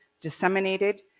disseminated